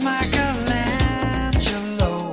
Michelangelo